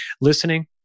listening